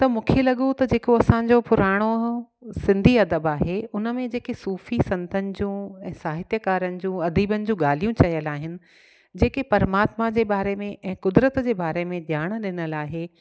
त मूंखे लॻो त जेको असांजो पुराणो सिंधी अदबु आहे उन में जेके सूफ़ी संतनि जूं ऐं साहित्यकारनि जूं अदीबनि जूं ॻाल्हियूं चयलु आहिनि जेके परमात्मा जे बारे में ऐं क़ुदिरत जे बारे में ॼाण ॾिनलु आहे